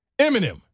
Eminem